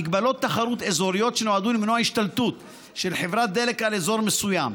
מגבלות תחרות אזוריות שנועדו למנוע השתלטות של חברת דלק על אזור מסוים.